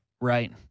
Right